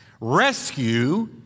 Rescue